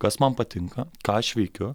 kas man patinka ką aš veikiu